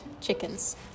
chickens